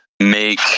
Make